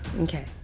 Okay